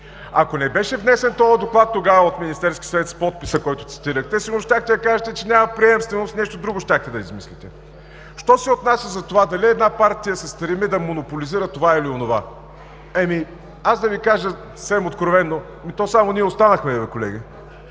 Ако не беше внесен този доклад тогава от Министерски съвет с подписа, който цитирахте, сигурно щяхте да кажете, че няма приемственост и нещо друго щяхте да измислите. Що се отнася до това дали една партия се стреми да монополизира това или онова. Аз да Ви кажа съвсем откровено – само ние останахме колеги,